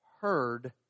heard